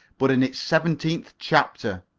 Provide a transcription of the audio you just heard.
but in its seventeenth chapter.